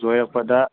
ꯂꯣꯏꯔꯛꯄꯗ